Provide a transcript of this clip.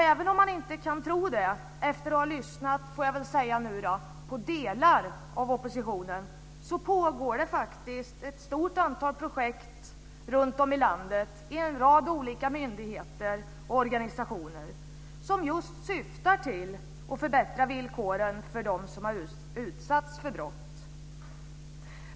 Även om man inte kan tro det, efter att ha lyssnat på delar av oppositionen, så pågår det faktiskt ett stort antal projekt runtom i landet i en rad olika myndigheter och organisationer som just syftar till att förbättra villkoren för dem som har utsatts för brott.